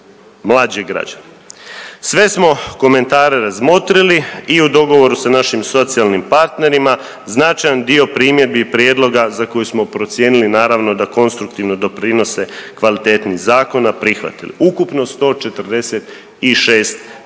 Sve smo komentare razmotrili i u dogovoru sa našim socijalnim partnerima značaj dio primjedbi i prijedloga za koje smo procijenili naravno da konstruktivno doprinose kvaliteti zakona prihvatili. Ukupno 146 prijedloga